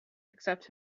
except